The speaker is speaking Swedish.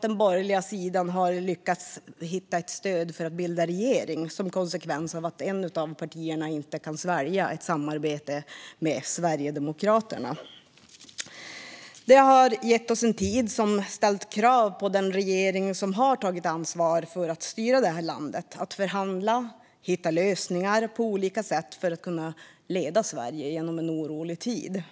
den borgerliga sidan har inte lyckats hitta ett stöd för att bilda regering, som är en konsekvens av att ett av partierna inte kan svälja ett samarbete med Sverigedemokraterna. Det har gett oss en tid som ställt krav på den regering som har tagit ansvar för att styra landet, att förhandla och hitta lösningar på olika sätt för att kunna leda Sverige genom en orolig tid.